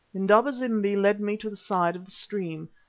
indaba-zimbi led me to the side of the stream.